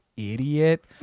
Idiot